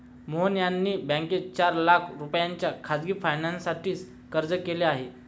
मोहन यांनी बँकेत चार लाख रुपयांच्या खासगी फायनान्ससाठी अर्ज केला आहे